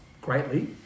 greatly